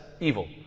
evil